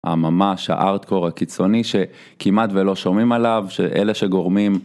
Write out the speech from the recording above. הממש הhard core הקיצוני שכמעט ולא שומעים עליו שאלה שגורמים.